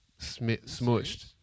smushed